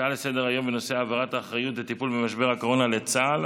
הצעה לסדר-היום בנושא: העברת האחריות לטיפול במשבר הקורונה לצה"ל